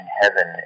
heaven